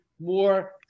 more